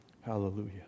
Hallelujah